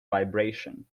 vibration